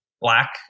black